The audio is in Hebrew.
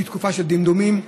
שהיא תקופה של דמדומים,